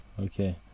okay